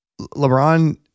LeBron